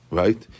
right